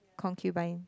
concubine